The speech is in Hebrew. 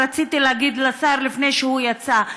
רציתי להגיד לשר לפני שהוא יצא,